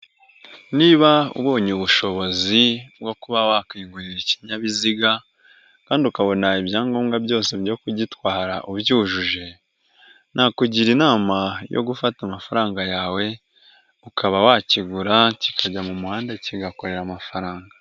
Niba ubonye ubushobozi bwo kuba wakwigurira ikinyabiziga kandi ukabona ibyangombwa byose byo kugitwara ubyujuje, nakugira inama yo gufata amafaranga yawe, ukaba wakigura kikajya mu muhanda kigakorera amafaranga.